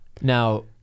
Now